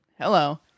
Hello